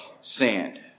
sand